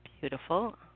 beautiful